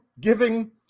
giving